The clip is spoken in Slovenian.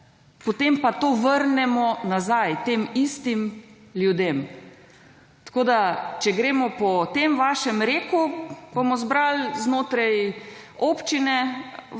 potem pa to vrnemo nazaj tem istim ljudem. Tako, da če gremo po tem vašem reku bomo zbrali znotraj občine